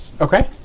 okay